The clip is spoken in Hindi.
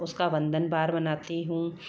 उसका बंदनवार बनती हूँ